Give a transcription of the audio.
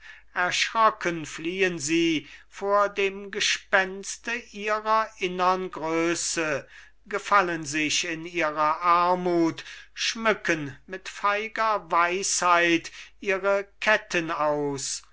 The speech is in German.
erschrocken fliehen sie vor dem gespenste ihrer innern größe gefallen sich in ihrer armut schmücken mit feiger weisheit ihre ketten aus